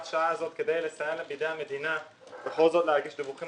השעה הזאת כדי לסייע בידי המדינה בכל זאת להגיש דיווחים